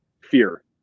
fear